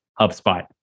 HubSpot